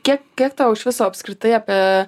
kiek kiek tau iš viso apskritai apie